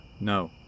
No